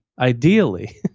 ideally